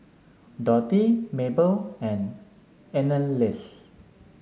Dorthy Mable and Anneliese